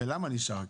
ולמה נשאר.